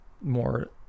more